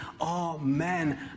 Amen